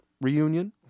reunion